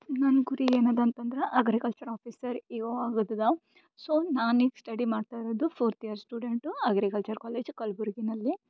ನನ್ನ ಗುರಿ ಏನದ ಅಂತಂದ್ರೆ ಅಗ್ರಿಕಲ್ಚರ್ ಆಫೀಸರ್ ಇ ಒ ಆಗೋದದ ಸೊ ನಾನು ಈಗ ಸ್ಟಡಿ ಮಾಡ್ತಾ ಇರೋದು fourth year student agriculture college ಕಲ್ಬುರ್ಗಿನಲ್ಲಿ